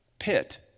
pit